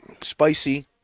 spicy